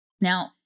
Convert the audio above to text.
Now